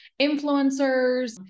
influencers